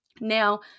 Now